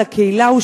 לקהילה,